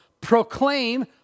proclaim